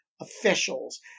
officials